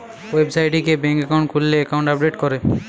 website গিয়ে bank account খুললে account update করে